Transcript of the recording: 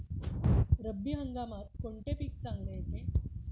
रब्बी हंगामात कोणते पीक चांगले येते?